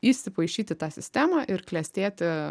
įsipaišyt į tą sistemą ir klestėti